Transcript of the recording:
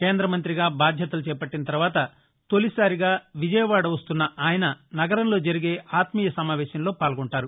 కేంద్రమంతిగా బాధ్యతలు చేపట్టిన తర్వాత తొలిసారి విజయవాడ రానున్న ఆయన నగరంలో జరిగే ఆత్మీయ సమావేశంలో పాల్గొంటారు